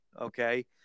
okay